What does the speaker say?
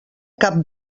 cap